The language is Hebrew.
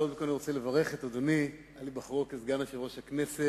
קודם כול אני רוצה לברך את אדוני על היבחרו לסגן יושב-ראש הכנסת.